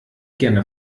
gerne